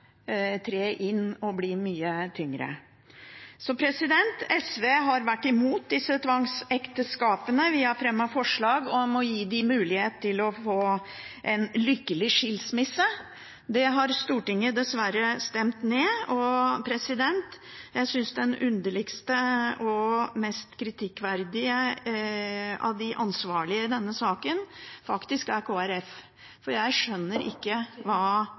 tre inn og bli mye tyngre. SV har vært imot disse tvangsekteskapene. Vi har fremmet forslag om å gi fylkene mulighet til å få en lykkelig skilsmisse. Det har Stortinget dessverre stemt ned, og jeg synes det underligste og den mest kritikkverdige av de ansvarlige i denne saken faktisk er Kristelig Folkeparti, for jeg skjønner ikke hva